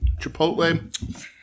chipotle